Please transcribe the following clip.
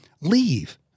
leave